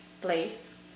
place